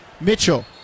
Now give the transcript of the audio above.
mitchell